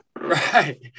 Right